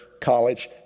college